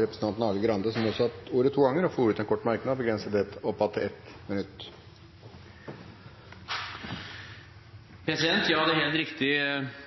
Representanten Arild Grande har hatt ordet to ganger tidligere og får ordet til en kort merknad, begrenset til 1 minutt. Til statsråd Solvik-Olsen: Det er helt riktig